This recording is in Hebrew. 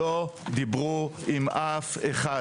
לא דיברו עם אף אחד,